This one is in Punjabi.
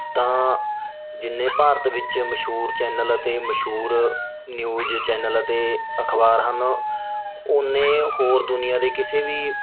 ਤਾਂ ਜਿੰਨੇ ਭਾਰਤ ਵਿੱਚ ਮਸ਼ਹੂਰ ਚੈਨਲ ਅਤੇ ਮਸ਼ਹੂਰ ਨਿਊਜ ਚੈਨਲ ਅਤੇ ਅਖਬਾਰ ਹਨ ਉੱਨੇ ਹੋਰ ਦੁਨੀਆ ਦੇ ਕਿਸੇ ਵੀ